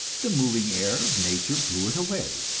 the moving air of nature blew it away,